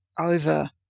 over